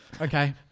Okay